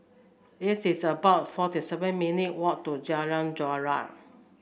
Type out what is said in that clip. it is about forty seven minute walk to Jalan Joran